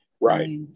Right